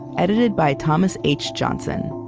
edited by thomas h. johnson.